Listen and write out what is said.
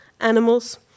animals